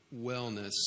wellness